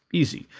easy.